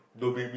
about